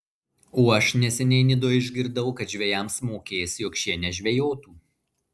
o aš neseniai nidoje išgirdau kad žvejams mokės jog šie nežvejotų